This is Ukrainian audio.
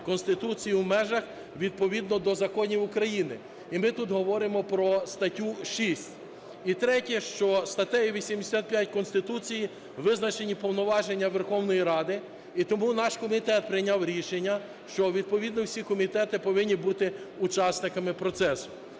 Конституцією межах, відповідно до законів України. І ми тут говоримо про статтю 6. І третє, що статтею 85 Конституції визначені повноваження Верховної Ради, і тому наш комітет прийняв рішення, що відповідно всі комітети повинні бути учасниками процесу.